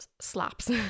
slaps